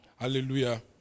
Hallelujah